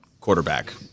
quarterback